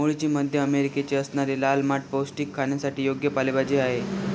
मूळची मध्य अमेरिकेची असणारी लाल माठ पौष्टिक, खाण्यासाठी योग्य पालेभाजी आहे